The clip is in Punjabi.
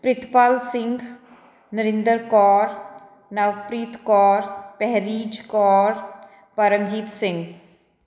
ਪ੍ਰਿਤਪਾਲ ਸਿੰਘ ਨਰਿੰਦਰ ਕੌਰ ਨਵਪ੍ਰੀਤ ਕੌਰ ਪਹਿਰੀਜ ਕੌਰ ਪਰਮਜੀਤ ਸਿੰਘ